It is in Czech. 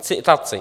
Citace.